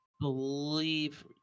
believe